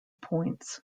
points